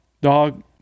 Dog